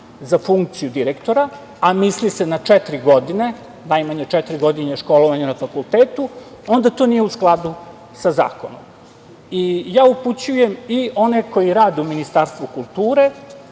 za funkciju direktora, a misli se na četiri godine, najmanje četiri godine školovanja na fakultetu, onda to nije u skladu sa zakonom i ja upućujem i one koji rade u Ministarstvu kulture